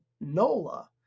Nola